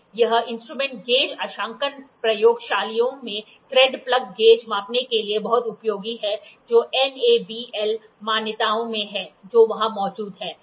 यह instrument gauge अंशांकन प्रयोगशालाओं में थ्रेड प्लग गेज मापन के लिए बहुत उपयोगी है जो NABL मान्यताओं में हैं जो वहां मौजूद हैं